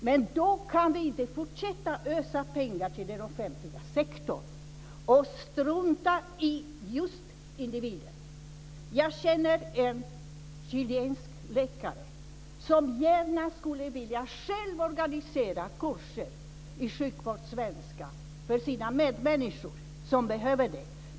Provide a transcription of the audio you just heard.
Men då kan vi inte fortsätta att ösa pengar på den offentliga sektorn och strunta i just individen. Jag känner en chilensk läkare som gärna själv skulle vilja organisera kurser i sjukvårdssvenska för sina medmänniskor, de som behöver det.